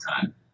time